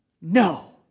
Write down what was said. No